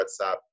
WhatsApp